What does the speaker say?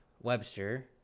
webster